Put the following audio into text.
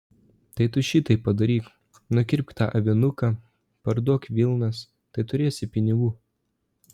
tai tu šiteip padaryk nukirpk tą avinuką parduok vilnas tai turėsi pinigų